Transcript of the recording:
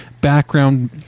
background